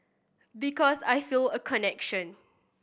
because I feel a connection